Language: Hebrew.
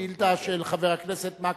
שאילתא של חבר הכנסת מקלב,